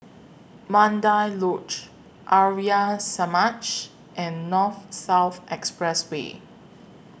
Mandai Lodge Arya Samaj and North South Expressway